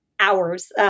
hours